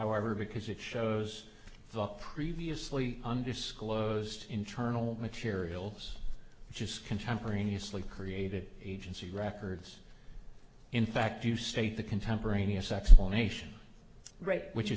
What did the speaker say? however because it shows the previously undisclosed internal materials just contemporaneously created agency records in fact you state the contemporaneous explanation rate which